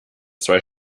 zwei